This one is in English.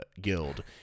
guild